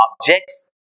objects